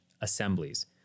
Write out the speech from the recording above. assemblies